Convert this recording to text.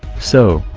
so,